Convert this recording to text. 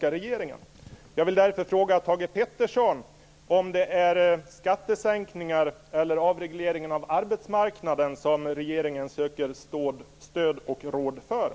Jag vill därför fråga Thage Peterson om det är skattesänkningar eller om det är avregleringen av arbetsmarknaden som regeringen söker stöd för och råd kring.